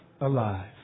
Alive